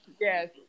yes